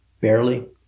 barely